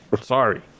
Sorry